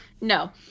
No